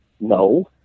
No